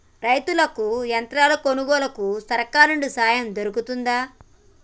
రైతులకి యంత్రాలు కొనుగోలుకు సర్కారు నుండి సాయం దొరుకుతదా?